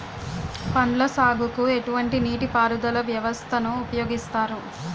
పండ్ల సాగుకు ఎటువంటి నీటి పారుదల వ్యవస్థను ఉపయోగిస్తారు?